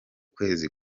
kwezi